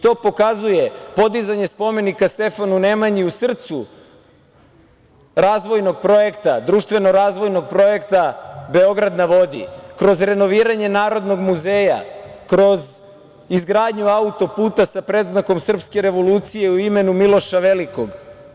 To pokazuje podizanje spomenika Stefanu Nemanji u srcu razvojnog projekta, društveno razvojnog projekta „Beograd na vodi“, kroz renoviranje Narodnog muzeja, kroz izgradnju autoputa sa predznakom srpske revolucije u imenu Miloša velikog.